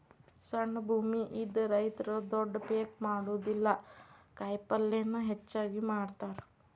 ಸಣ್ಣ ಭೂಮಿ ಇದ್ದ ರೈತರು ದೊಡ್ಡ ಪೇಕ್ ಮಾಡುದಿಲ್ಲಾ ಕಾಯಪಲ್ಲೇನ ಹೆಚ್ಚಾಗಿ ಮಾಡತಾರ